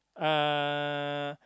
uh